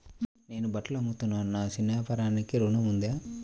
నేను బట్టలు అమ్ముతున్నాను, నా చిన్న వ్యాపారానికి ఋణం ఉందా?